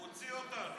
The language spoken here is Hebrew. הוא הוציא אותנו.